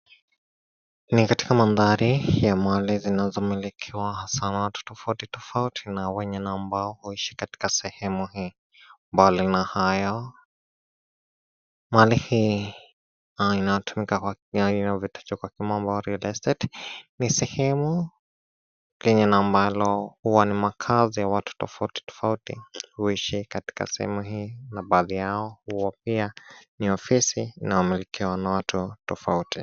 Ni katika maanthari ya mali zinazomilikiwa hasa na watu tofauti tofauti na wengine ambao huishi katika sehemu hii ambao lina hayo. Mali hii inatamkwa kwa kimombo real estate, ni sehemu nyingine ambalo ni makazi ya watu tofauti tofauti huishi katika sehemu hii na baadhi yao ni ofisi na umilikiwa na watu hao tofauti.